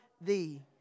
thee